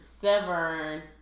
Severn